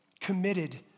committed